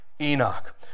Enoch